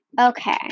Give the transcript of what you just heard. Okay